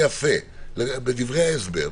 יפה, בדברי ההסבר.